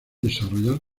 desarrollar